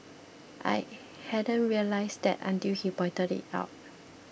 I hadn't realised that until he pointed it out